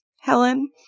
Helen